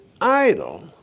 idol